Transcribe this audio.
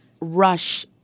rush